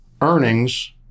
earnings